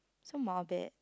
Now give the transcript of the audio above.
so morbid